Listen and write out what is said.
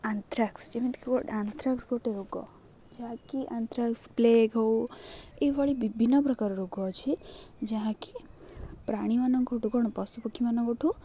anthrax ଯେମିତିକି ଗୋଟେ anthrax ଗୋଟେ ରୋଗ ଯାହାକି ଆଂଥ୍ରାକ୍ସ ପ୍ଲେଗ ହଉ ଏଇଭଳି ବିଭିନ୍ନ ପ୍ରକାର ରୋଗ ଅଛି ଯାହାକି ପ୍ରାଣୀମାନଙ୍କଠୁ କ'ଣ ପଶୁପକ୍ଷୀମାନଙ୍କଠୁ